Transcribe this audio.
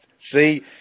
See